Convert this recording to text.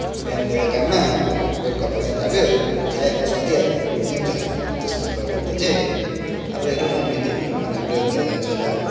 बिहान गयो काममा बेलुका पैसा थाप्यो खाइहाल्यो सकिहाल्यो केही पनि छैन त्यस्तो प्रगति चाहिँ अब हेरौँ आउने दिनहरूमा राम्रो हुँदै जान्छ होला